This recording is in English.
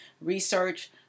research